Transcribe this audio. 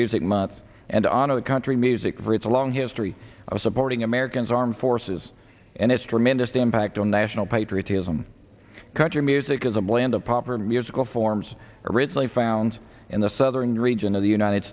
music month and i know the country music for its a long history of supporting americans armed forces and its tremendous impact on national patriotism country music is a blend of popular musical forms originally found in the southern region of the united